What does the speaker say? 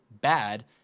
bad